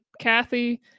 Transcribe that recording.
Kathy